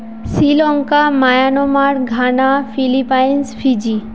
Sri Lanka Myanmar Ghana Philippines Fiji